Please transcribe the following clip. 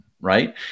right